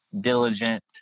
diligent